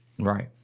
Right